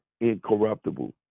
incorruptible